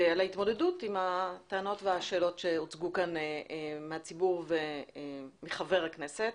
ועל ההתמודדות עם הטענות והשאלות שהוצגו כאן מהציבור ומחבר הכנסת,